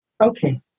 Okay